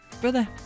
brother